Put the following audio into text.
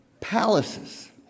palaces